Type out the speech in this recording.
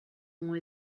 ont